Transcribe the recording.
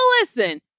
listen